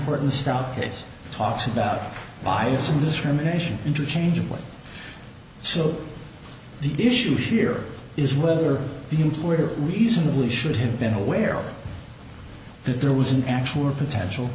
court in the south case talks about bias in this rumination interchangeable so the issue here is whether the employer reasonably should have been aware that there was an actual or potential